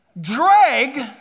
drag